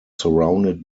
surrounded